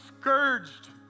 scourged